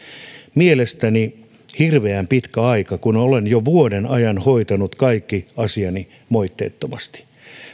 mielestäni hirveän pitkä aika kun olen jo vuoden ajan hoitanut kaikki asiani moitteettomasti